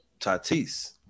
Tatis